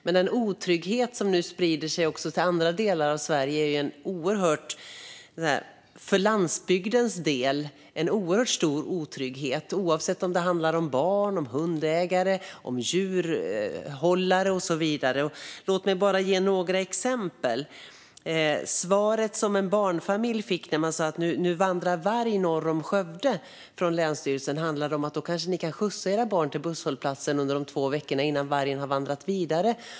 Men nu sprider sig otryggheten för barn, hundägare, djurhållare med flera även till andra delar av Sveriges landsbygd. Låt mig ge några exempel. En barnfamilj anmälde till länsstyrelsen att det vandrade varg norr om Skövde och fick till svar att föräldrarna kanske kunde skjutsa barnen till busshållplatsen de två veckorna innan vargen vandrat vidare.